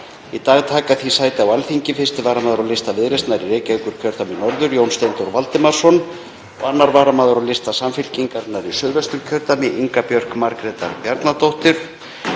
Í dag taka því sæti á Alþingi 1. varamaður á lista Viðreisnar í Reykjavíkurkjördæmi norður, Jón Steindór Valdimarsson, og 2. varamaður á lista Samfylkingarinnar í Suðvesturkjördæmi, Inga Björk Margrétar Bjarnadóttir,